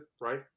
right